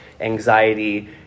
anxiety